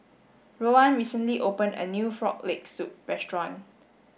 Rowan recently opened a new frog leg soup restaurant